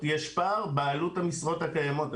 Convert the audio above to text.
יש פער בעלות המשרות הקיימות.